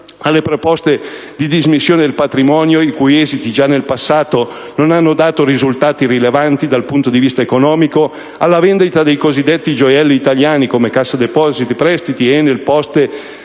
alle proposte di dismissione del patrimonio, i cui esiti già nel passato non hanno dato risultati rilevanti dal punto di vista economico, alla vendita dei cosiddetti gioielli italiani (Cassa depositi e prestiti, Poste